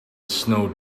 snowed